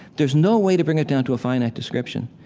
there's no way to bring it down to a finite description.